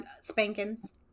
spankings